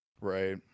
Right